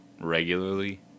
regularly